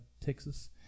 Texas